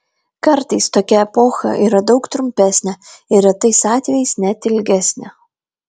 kartais tokia epocha yra daug trumpesnė ir retais atvejais net ilgesnė